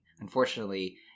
unfortunately